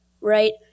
right